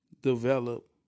develop